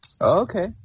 Okay